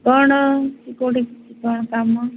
କ'ଣ କି କେଉଁଠି କି କ'ଣ କାମ